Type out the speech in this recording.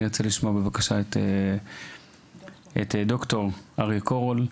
אני אשמח לשמוע את ד"ר אריה קורול.